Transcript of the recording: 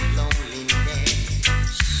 loneliness